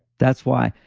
that's why.